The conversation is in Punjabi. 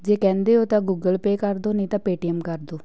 ਜੇ ਕਹਿੰਦੇ ਹੋ ਤਾਂ ਗੂਗਲ ਪੇ ਕਰ ਦਿਉ ਨਹੀਂ ਤਾਂ ਪੇਟੀਐੱਮ ਕਰ ਦਿਉ